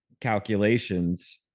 calculations